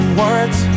words